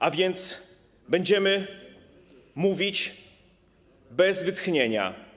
A więc będziemy mówić bez wytchnienia.